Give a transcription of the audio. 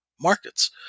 markets